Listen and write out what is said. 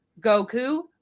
Goku